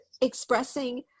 expressing